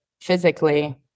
physically